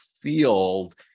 field